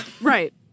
Right